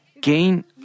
gain